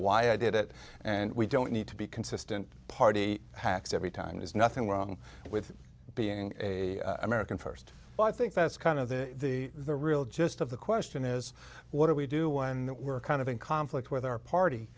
why i did it and we don't need to be consistent party hacks every time there's nothing wrong with being a american first but i think that's kind of the the the real gist of the question is what do we do when that we're kind of in conflict with our party